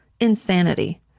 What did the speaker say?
Insanity